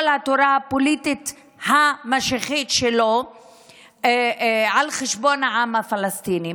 התורה הפוליטית המשיחית שלו על חשבון העם הפלסטיני.